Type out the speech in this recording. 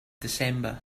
december